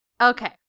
Okay